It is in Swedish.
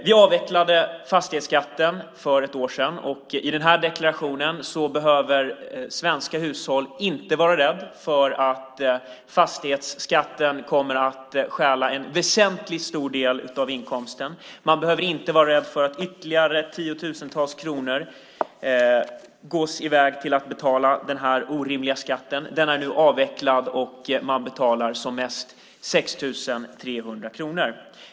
Vi avvecklade fastighetsskatten för ett år sedan, och i den här deklarationen behöver svenska hushåll inte vara rädda för att fastighetsskatten kommer att stjäla en väsentligt stor del av inkomsten. Man behöver inte vara rädd för att ytterligare tiotusentals kronor går till att betala denna orimliga skatt. Den är nu avvecklad, och man betalar som mest 6 300 kronor.